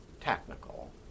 technical